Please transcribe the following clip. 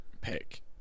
pick